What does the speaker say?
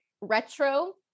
retro